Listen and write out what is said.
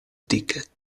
ticket